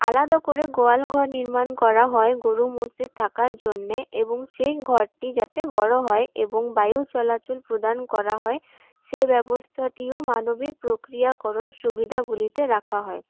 আলাদা করে গোয়াল ঘর নির্মাণ করা হয় গরু মোষদের থাকার জন্যে এবং সেই ঘরটি যাতে বড়ো হয় এবং বায়ু চলাচল প্রদান করা হয় সেই ব্যবস্থাটিও মানবিক প্রক্রিয়াকরণ সুবিধাগুলিতে রাখা হয়